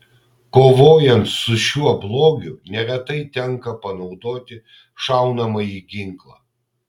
kovojant su šiuo blogiu neretai tenka panaudoti šaunamąjį ginklą